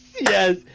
yes